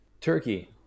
Turkey